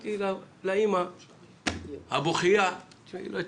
אמרתי לאמא הבוכיה: תשמעי, לא הצלחתי.